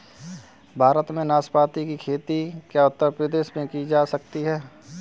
भारत में नाशपाती की खेती क्या उत्तर प्रदेश में की जा सकती है?